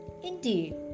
Indeed